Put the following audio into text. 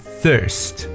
thirst